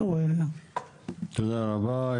תודה רבה.